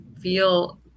feel